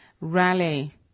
rally